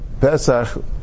Pesach